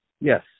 Yes